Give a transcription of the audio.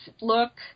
look